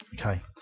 Okay